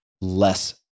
less